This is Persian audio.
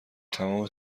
تمام